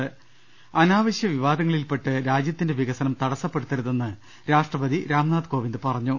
ൾട്ടിട്ടുള് അനാവശ്യ വിവാദങ്ങളിൽ പെട്ട് രാജൃത്തിന്റെ വികസനം തടസ്സപ്പെടു ത്തരുതെന്ന് രാഷ്ട്രപതി രാംനാഥ് കോവിന്ദ് പറഞ്ഞു